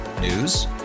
News